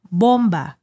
bomba